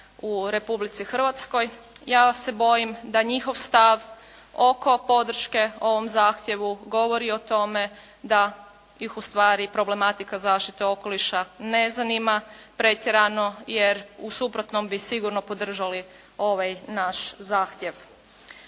u Republici Hrvatskoj. Ja se bojim da njihov stav oko podrške ovom zahtjevu govori o tome da ih ustvari problematika zaštite okoliša ne zanima pretjerano jer u suprotnom bi sigurno podržali ovaj naš zahtjev.